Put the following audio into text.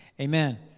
amen